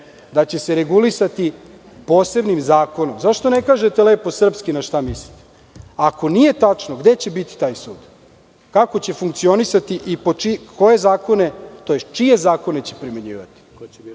Da će se regulisati posebnim zakonom. Zašto ne kažete lepo srpski na šta mislite? Ako nije tačno, gde će biti taj sud, kako će funkcionisati i čije zakone će primenjivati?